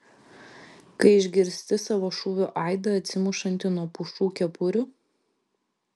kai išgirsti savo šūvio aidą atsimušantį nuo pušų kepurių